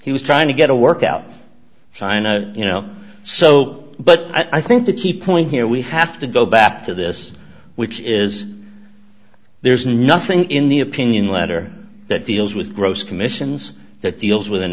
he was trying to get a workout signed you know so but i think the key point here we have to go back to this which is there's nothing in the opinion letter that deals with gross commissions that deals with an